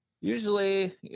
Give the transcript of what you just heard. usually